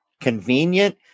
convenient